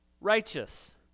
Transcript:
righteous